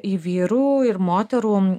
į vyrų ir moterų